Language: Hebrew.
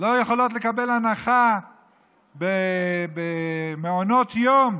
לא יכולות לקבל הנחה במעונות יום